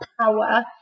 power